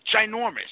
ginormous